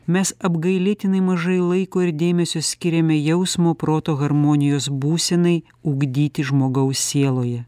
mes apgailėtinai mažai laiko ir dėmesio skiriame jausmo proto harmonijos būsenai ugdyti žmogaus sieloje